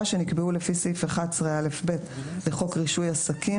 שנקבעו לפי סעיף 11א(ב) לחוק רישוי עסקים,